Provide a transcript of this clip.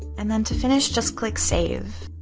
and, then to finish just click save.